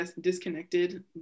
disconnected